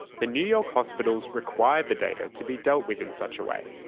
the new york hospitals required the data to be dealt with in such a way.